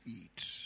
eat